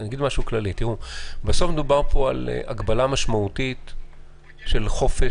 בסוף מדובר על הגבלה משמעותית של חופש,